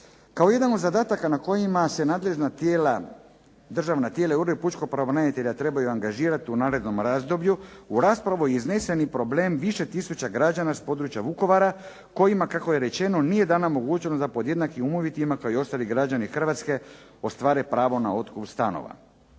Kao jedan od zadataka na kojima se nadležna tijela, državna tijela i Ured pučkog pravobranitelja trebaju angažirati u narednom razdoblju, u raspravu je iznesen i problem više tisuća građana s područja Vukovara, kojima kako je rečeno nije dana mogućnost da pod jednakim uvjetima kao i ostali građani Hrvatske ostvare pravo na otkup stanova.